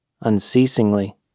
unceasingly